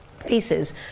pieces